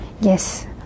yes